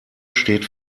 steht